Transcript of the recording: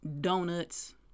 donuts